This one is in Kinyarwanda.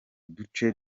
duce